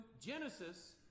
Genesis